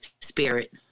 Spirit